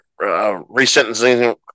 resentencing